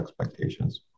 expectations